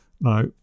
Now